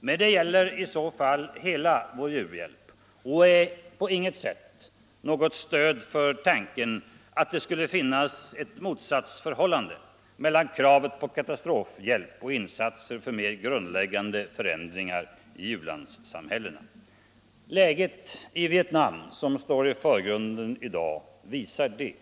Men det gäller i så fall hela vår u-hjälp och är på inget sätt något stöd för tanken att det skulle finnas ett motsatsförhållande mellan kravet på katastrofhjälp och insatser för mer grundläggande förändringar i ulandssamhällena. Läget i Vietnam, som i dag står i förgrunden, visar det.